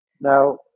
Now